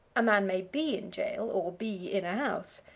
a man may be in jail, or be in a house,